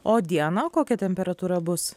o dieną kokia temperatūra bus